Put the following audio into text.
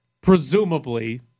Presumably